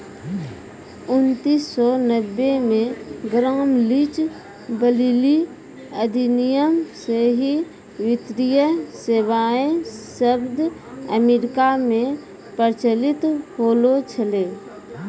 उन्नीस सौ नब्बे मे ग्राम लीच ब्लीली अधिनियम से ही वित्तीय सेबाएँ शब्द अमेरिका मे प्रचलित होलो छलै